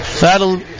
that'll